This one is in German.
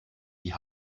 die